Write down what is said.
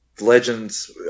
Legends